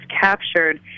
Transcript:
captured